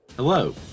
Hello